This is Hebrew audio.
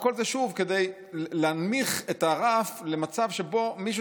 וכל זה שוב כדי להנמיך את הרף למצב שבו מישהו